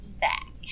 back